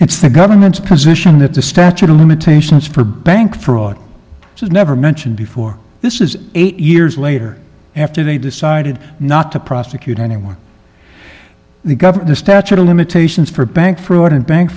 it's the government's position that the statute of limitations for bank fraud was never mentioned before this is eight years later after they decided not to prosecute anyone the governor the statute of limitations for bank fraud and bank